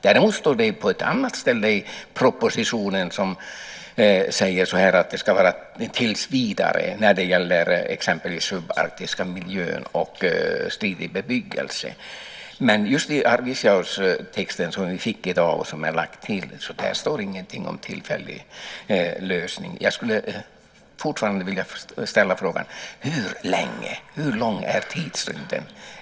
Däremot står det på ett annat ställe i propositionen att det ska vara tills vidare när det gäller exempelvis den subarktiska miljön och strid i bebyggelse. Men just i Arvidsjaurstexten, som vi fick i dag och som är tillagd, står det ingenting om en tillfällig lösning. Jag skulle fortfarande vilja ställa frågan: Hur länge? Hur lång är tidsrymden?